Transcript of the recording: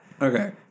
Okay